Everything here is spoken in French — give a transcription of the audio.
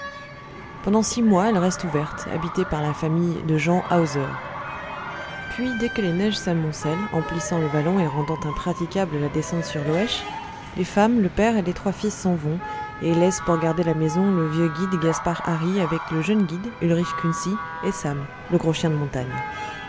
pendant six mois elle reste ouverte habitée par la famille de jean hauser puis dès que les neiges s'amoncellent emplissant le vallon et rendant impraticable la descente sur loëche les femmes le père et les trois fils s'en vont et laissent pour garder la maison le vieux guide gaspard hari avec le jeune guide ulrich kunsi et sam le gros chien de montagne